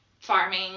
farming